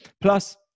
Plus